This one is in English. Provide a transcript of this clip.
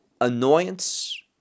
annoyance